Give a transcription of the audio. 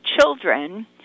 children